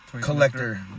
collector